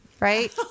Right